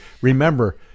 Remember